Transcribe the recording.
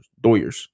Doyers